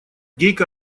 гейка